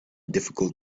difficult